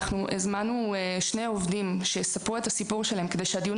אנחנו הזמנו שני עובדים שיספרו את הסיפור שלהם כדי שהדיון